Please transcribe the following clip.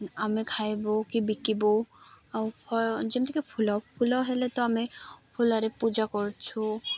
ଆମେ ଖାଇବୁ କି ବିକିବୁ ଆଉ ଫଳ ଯେମିତିକି ଫୁଲ ଫୁଲ ହେଲେ ତ ଆମେ ଫୁଲରେ ପୂଜା କରୁଛୁ